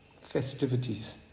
festivities